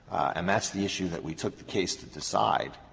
and that's the issue that we took the case to decide,